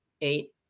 eight